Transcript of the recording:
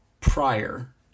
prior